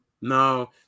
No